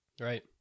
Right